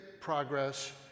progress